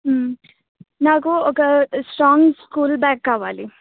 నాకు ఒక strong school bag కావాలి